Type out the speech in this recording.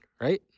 right